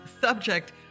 Subject